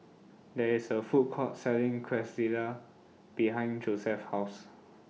There IS A Food Court Selling Quesadillas behind Josef's House